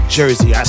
Jersey